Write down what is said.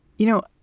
you know,